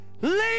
leave